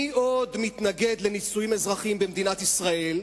מי עוד מתנגד לנישואים אזרחיים במדינת ישראל?